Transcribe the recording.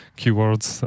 keywords